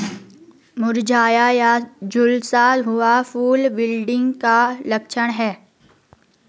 मुरझाया या झुलसा हुआ फूल विल्टिंग का लक्षण है